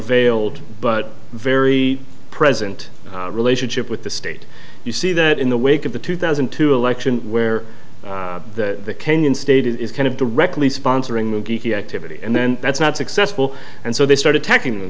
veiled but very present relationship with the state you see that in the wake of the two thousand and two election where the kenyan state is kind of directly sponsoring the geeky activity and then that's not successful and so they start attacking